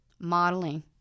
modeling